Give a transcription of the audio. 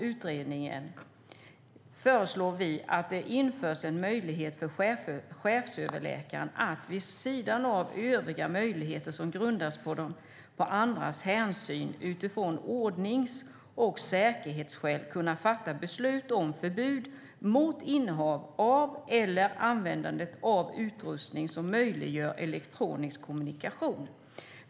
Utredningen föreslår att det införs en möjlighet för chefsöverläkaren att vid sidan av övriga möjligheter som grundas på andras hänsyn utifrån ordnings och säkerhetsskäl kunna fatta beslut om förbud mot innehav av eller användandet av utrustning som möjliggör elektronisk kommunikation.